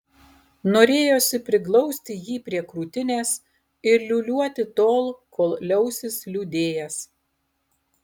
norėjosi priglausti jį prie krūtinės ir liūliuoti tol kol liausis liūdėjęs